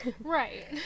right